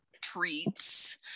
treats